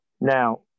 Now